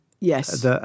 Yes